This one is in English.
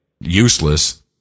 useless